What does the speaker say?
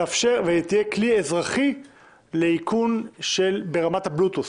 תהיה כלי אזרחי לאיכון ברמת הבלוטות'.